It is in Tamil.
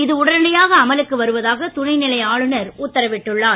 இது உடனடியாக அமலுக்கு வருவதாக துணைநிலை ஆளுநர் உத்தரவிட்டுள்ளார்